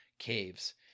caves